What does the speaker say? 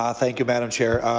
um thank you, madam chair.